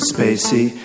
Spacey